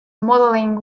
modeling